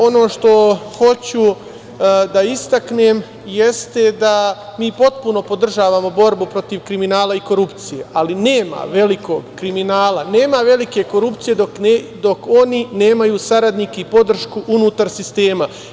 Ono što hoću da istaknem jeste da mi potpuno podržavamo borbu protiv kriminala i korupcije, ali nema velikog kriminala, nema velike korupcije dok oni nemaju saradnike i podršku unutar sistema.